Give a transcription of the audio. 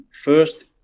first